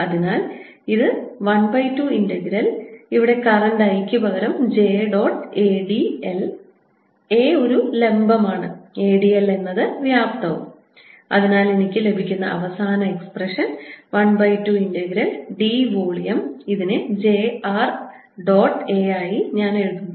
അതിനാൽ ഇത് 1 by 2 integral ഇവിടെ കറൻറ് I ക്ക് പകരം j dot A d l A ഒരു ലംബമാണ് A d l എന്നത് വ്യാപ്തമാണ് അതിനാൽ എനിക്ക് ലഭിക്കുന്ന അവസാന expression 1 by 2 integral d volume ഇതിനെ j r ഡോട്ട് A ആയി ഞാൻ എഴുതുന്നു